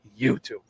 YouTube